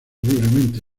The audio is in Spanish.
libremente